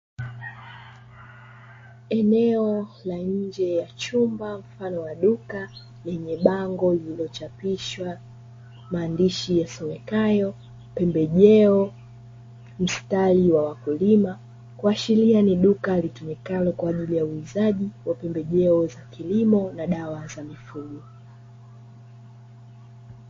Eneo la nje ya chumba mfano wa duka, lenye bango lililochapishwa maandishi yasomekayo, "pembejeo mstari wa wakulima". Kuashiria ni duka litumikalo kwa ajili ya uuzaji wa pembejeo za kilimo na dawa za mifugo.